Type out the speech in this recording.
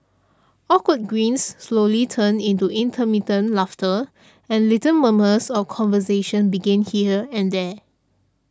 awkward grins slowly turned into intermittent laughter and little murmurs of conversation began here and there